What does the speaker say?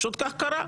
אלא פשוט כך קרה.